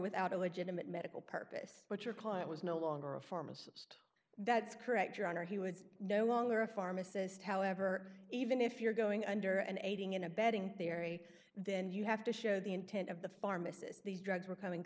without a legitimate medical purpose but your client was no longer a pharmacist that's correct your honor he was no longer a pharmacist however even if you're going under and aiding and abetting theory then you have to show the intent of the pharmacist these drugs were coming